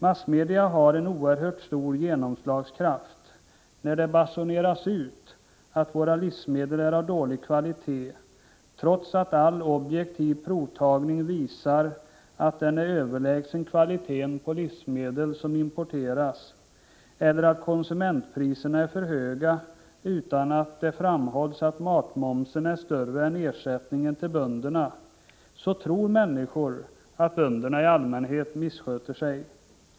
Massmedia har en oerhört stor genomslagskraft. När det basuneras ut att våra livsmedel är av dålig kvalitet, trots att all objektiv provtagning visar att den är överlägsen kvaliteten på livsmedel som importeras, eller att konsumentpriserna är för höga — utan att det framhålls att matmomsen är större än ersättningen till bönderna — så tror människor att bönder i allmänhet missköter sig.